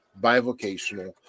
bivocational